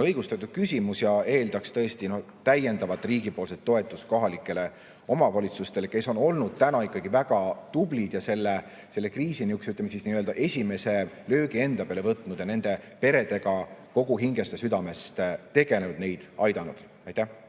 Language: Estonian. õigustatud küsimus ja eeldaks tõesti täiendavat riigipoolset toetust kohalikele omavalitsustele, kes on olnud väga tublid ja selle kriisi nihukese, ütleme siis, esimese löögi enda peale võtnud ja nende peredega kogu hingest ja südamest tegelenud, neid aidanud. Helmen